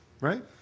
Right